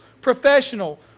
professional